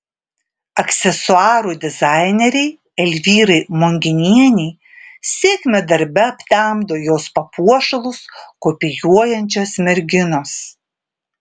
aksesuarų dizainerei elvyrai monginienei sėkmę darbe aptemdo jos papuošalus kopijuojančios merginos